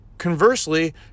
Conversely